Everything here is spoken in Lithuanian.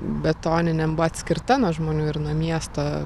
betoninėm buvo atskirta nuo žmonių ir nuo miesto